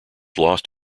lost